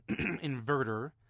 inverter